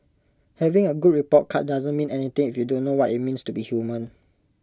having A good report card doesn't mean anything if you don't know what IT means to be human